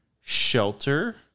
shelter